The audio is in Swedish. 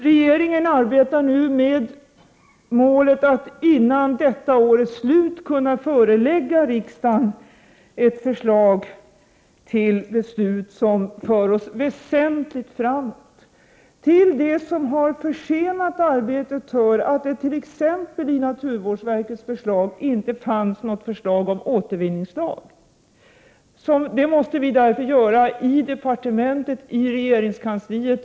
Regeringen arbetar nu med målet att före årets slut kunna förelägga riksdagen ett förslag till ett beslut, som kan föra oss väsentligt framåt. Till det som har försenat arbetet hör att det i naturvårdsverkets förslag inte fanns någonting beträffande återvinning. Därför måste vi utföra ett visst arbete i departementet och i regeringskansliet.